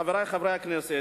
חברי חברי הכנסת,